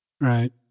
Right